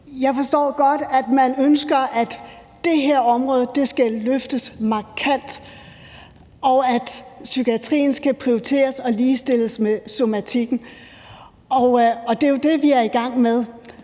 Jeg forstår godt, at man ønsker, at det her område skal løftes markant, og at psykiatrien skal prioriteres og ligestilles med somatikken, og det er jo det, vi er i gang med.